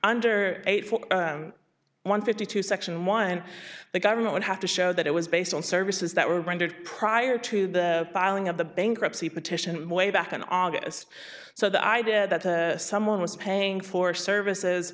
under one fifty two section one the government would have to show that it was based on services that were rendered prior to the filing of the bankruptcy petition way back in august so the idea that someone was paying for services